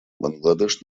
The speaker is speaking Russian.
бангладеш